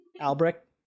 Albrecht